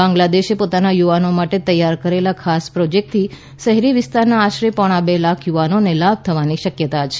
બાંગ્લાદેશે પોતાના યુવાનો માટે તૈયાર કરેલા ખાસ પ્રોજેક્ટથી શહેરી વિસ્તારોના આશરે પોણા બે લાખ યુવાનોને લાભ થવાની શક્યતા છે